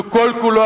שכל-כולו,